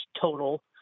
total